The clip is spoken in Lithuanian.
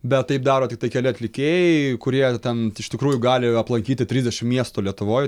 bet taip daro tiktai keli atlikėjai kurie ten iš tikrųjų gali aplankyti trisdešim miestų lietuvoj